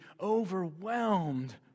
overwhelmed